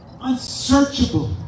unsearchable